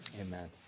Amen